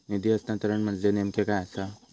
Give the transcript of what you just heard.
निधी हस्तांतरण म्हणजे नेमक्या काय आसा?